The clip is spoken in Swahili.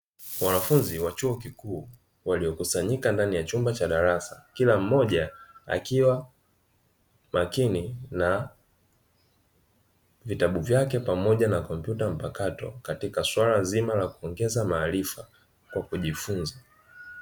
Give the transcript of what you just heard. Wanafunzi wa chuo kikuu waliokusanyika ndani ya chumba cha darasa, kila mmoja akiwa makini na vitabu vyake pamoja na komputa mpakato katika suala zima la kuongeza maarifa kwa kujifunza.